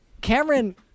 Cameron